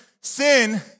sin